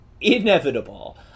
inevitable